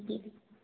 दी